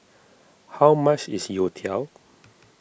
how much is Youtiao